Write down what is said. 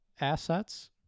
assets